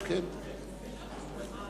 האם יש כאן הסכמת ממשלה?